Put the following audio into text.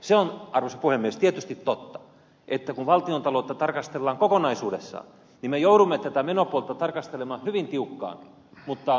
se on arvoisa puhemies tietysti totta että kun valtiontaloutta tarkastellaan kokonaisuudessaan niin me joudumme tätä menopuolta tarkastelemaan hyvin tiukkaan mutta ed